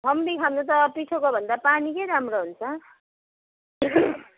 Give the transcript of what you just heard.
फम्बी खानु त पिठोको भन्दा पानीकै राम्रो हुन्छ